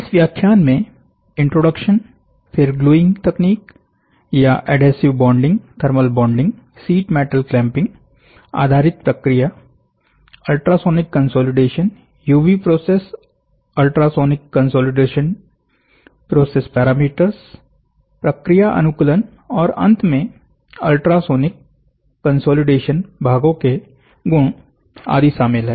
इस व्याख्यान में इंट्रोडक्शनफिर ग्लूइंग तकनीक या adhesive bonding thermal bonding sheet metal clamping आधारीत प्रक्रियाअल्ट्रासोनिक consolidation UC process ultrasonic consolidation process parameters प्रक्रिया अनुकूलन और अंत में अल्ट्रासोनिक कंसोलिडेशन भागों के गुण आदि शामिल है